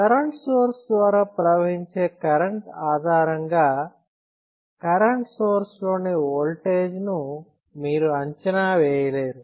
current source ద్వారా ప్రవహించే current ఆధారంగా కరెంట్ సోర్స్లోని ఓల్టేజ్ ను మీరు అంచనా వేయలేరు